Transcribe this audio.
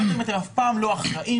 אתם אף פעם לא אחראים,